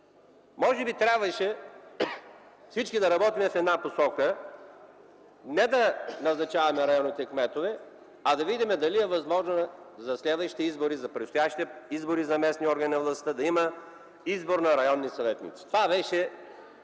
Може би трябваше всички да работим в една посока – не да назначаваме районните кметове, а да видим дали е възможно за следващите, за предстоящите избори за местни органи на властта да има избор на районни съветници. Това беше